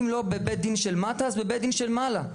אם לא בבית דין של מטה, אז בבית דין של מעלה.